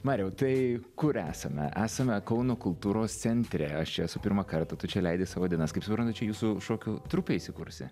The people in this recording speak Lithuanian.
mariau tai kur esame esame kauno kultūros centre aš čia esu pirmą kartą tu čia leidi kaip suprantu čia jūsų šokių trupė įsikursi